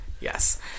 Yes